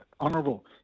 honourable